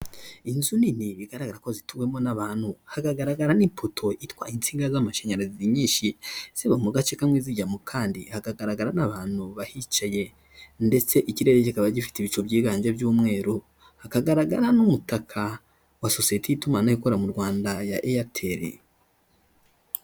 Inzu nini bigaragara ko zituwemo n'abantu, hakagaragara n'ipoto itwaye insinga z'amashanyarazi nyinshi, ziva mu gace kamwe zijya mu kandi, hakagaragara n'abantu bahicaye ndetse ikirere kikaba gifite ibicu byiganje by'umweru, hakagaragara n'umutaka wa sosiye y'itumanaho ikorera mu Rwanda ya Airtel.